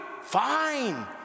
Fine